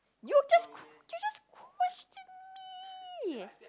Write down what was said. you were just did you just questioned me